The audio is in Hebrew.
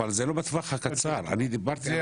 אבל זה לא בטווח הקצר --- לא,